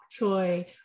choy